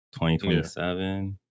2027